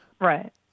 Right